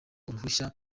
uruhushya